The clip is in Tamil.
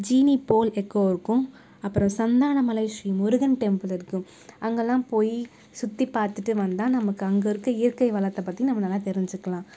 ஜீனி போல் எக்கோ இருக்கும் அப்புறம் சந்தான மலை ஸ்ரீ முருகன் டெம்பிள் இருக்கும் அங்கெல்லாம் போய் சுற்றி பார்த்துட்டு வந்தால் நமக்கு அங்கே இருக்கற இயற்கை வளத்தை பற்றி நம்ம நல்லா தெரிஞ்சுக்கலாம்